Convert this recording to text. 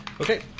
Okay